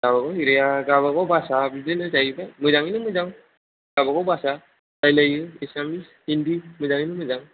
गाबागाव एरिया गावबागाव भाषा बिदिनो जाहैबाय मोजाङैनो मोजां गावबागाव भाषा रायलायो एसामिस हिन्दी मोजाङैनो मोजां